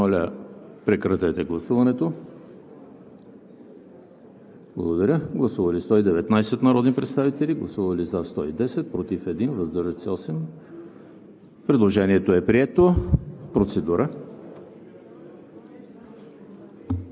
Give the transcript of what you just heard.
Предложението е прието. Процедура.